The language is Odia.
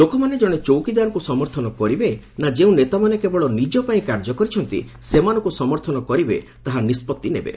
ଲୋକମାନେ ଜଣେ ଚୌକିଦାରଙ୍କୁ ସମର୍ଥନ କରିବେ ନା ଯେଉଁ ନେତାମାନେ କେବଳ ନିଜ ପାଇଁ କାର୍ଯ୍ୟ କରିଛନ୍ତି ସେମାନଙ୍କୁ ସମର୍ଥନ କରିବେ ତାହା ନିଷ୍କଭି ନେବେ